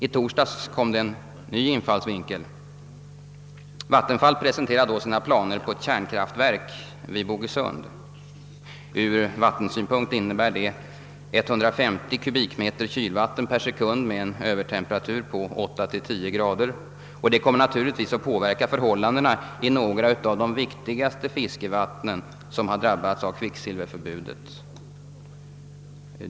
I torsdags kom det en ny infallsvinkel. Vattenfall presenterade då sina planer på ett kärnkraftverk vid Bogesund. Ur vattensynpunkt innebär det 150 kubikmeter kylvatten per sekund med en övertemperatur på 8 å 10 grader. Det kommer naturligtvis att påverka förhållandena i några av de viktigaste vattnen som har drabbats av kvicksilverförbudet.